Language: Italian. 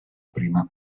prima